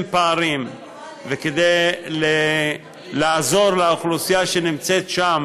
פערים וכדי לעזור לאוכלוסייה שנמצאת שם